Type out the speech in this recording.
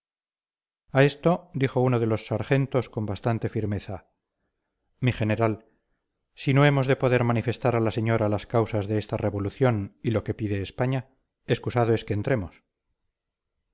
a esto dijo uno de los sargentos con bastante firmeza mi general si no hemos de poder manifestar a la señora las causas de esta revolución y lo que pide españa excusado es que entremos